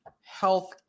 health